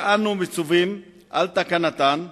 שאנו מצווים על תקנתן,